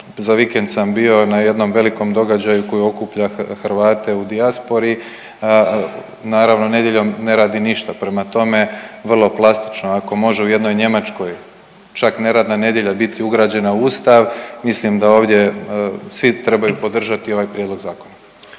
za vikend sam bio na jednom velikom događaju koji okuplja Hrvate u dijaspori, naravno nedjeljom ne radi ništa. Prema tome vrlo plastično, ako može u jednoj Njemačkoj čak neradna nedjelja biti ugrađena u Ustav, mislim da ovdje svi trebaju podržati ovaj prijedlog zakona.